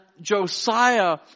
Josiah